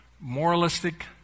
moralistic